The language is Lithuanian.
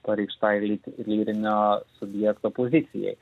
pareikštai lyt lyrinio subjekto pozicijai